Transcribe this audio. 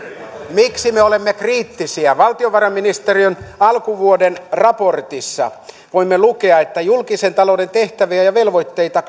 miksi me olemme kriittisiä valtiovarainministeriön alkuvuoden raportista voimme lukea että julkisen talouden tehtäviä ja ja velvoitteita